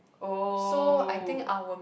oh